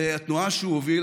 התנועה שהוא הוביל,